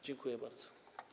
Dziękuję bardzo.